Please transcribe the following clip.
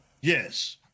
Yes